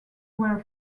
were